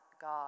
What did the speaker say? God